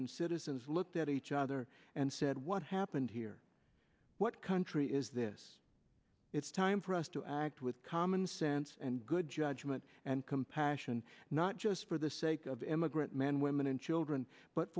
and citizens looked at each other and said what happened here what country is this it's time for us to act with common sense and good judgment and compassion not just for the sake of emigrant men women and children but